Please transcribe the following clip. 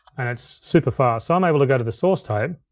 and it's super fast. so i'm able to go to the source tape.